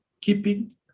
keeping